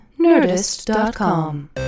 Nerdist.com